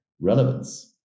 relevance